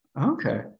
Okay